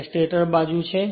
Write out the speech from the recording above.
અને સ્ટેટર બાજુ છે